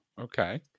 Okay